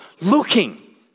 looking